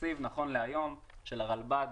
התקציב נכון להיום של הרלב"ד,